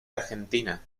argentina